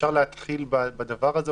אפשר להתחיל בזה?